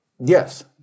Yes